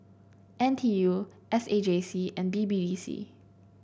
N T U S A J C and B B D C